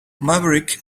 maverick